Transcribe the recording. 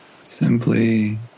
simply